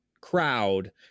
crowd